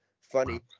funny